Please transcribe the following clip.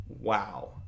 wow